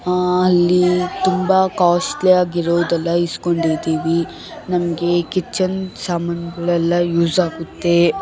ಅಲ್ಲಿ ತುಂಬ ಕಾಸ್ಟ್ಲಿ ಆಗಿರೋದಲ್ಲ ಇಸ್ಕೊಂಡಿದೀವಿ ನಮಗೆ ಕಿಚನ್ ಸಾಮಾನುಗಳೆಲ್ಲ ಯೂಸ್ ಆಗುತ್ತೆ